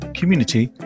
community